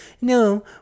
no